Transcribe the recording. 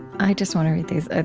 i just want to read these. ah